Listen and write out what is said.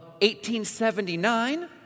1879